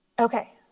okay,